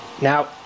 now